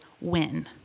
win